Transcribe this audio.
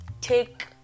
take